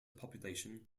population